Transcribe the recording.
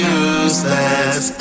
useless